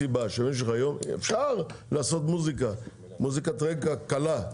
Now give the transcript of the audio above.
אפשר לעשות מוזיקה, מוזיקת רקע קלה,